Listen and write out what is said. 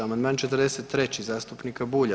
Amandman 43. zastupnika Bulja.